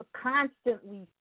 constantly